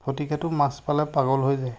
ফটিকেতো মাছ পালে পাগল হৈ যায়